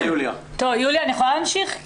יוליה, אני יכולה להמשיך?